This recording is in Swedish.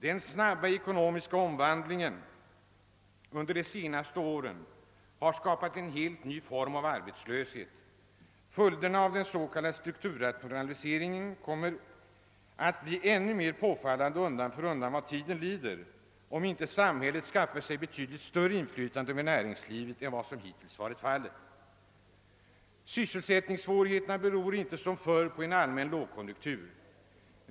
Den snabba ekonomiska omvandlingen under de senaste åren har skapat en helt ny form av arbetslöshet. Följderna av den s.k. strukturrationaliseringen kommer att bli ännu mer påfallande undan för undan, om inte samhället skaffar sig betydligt större inflytande över näringslivet än hittills. Sysselsättningssvårigheterna beror inte som förr på en allmän lågkonjunktur.